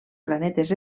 planetes